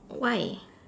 why